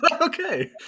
Okay